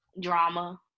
drama